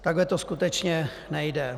Takhle to skutečně nejde.